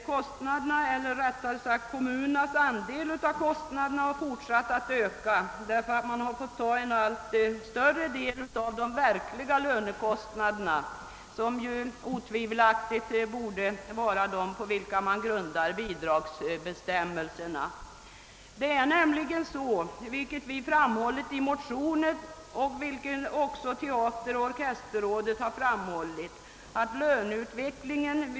Kommunernas andel av kostnaderna har fortsatt att öka därför att man har fått ta på sig en allt större del av de verkliga lönekostnaderna, på vilka man utan tvivel borde grunda bidragsbestämmelserna. Löneutvecklingen vid stadsteatrarna bestäms endast till en mindre del av de kollektiva uppgörelserna på arbetsmarknaden.